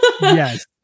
yes